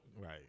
Right